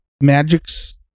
magic's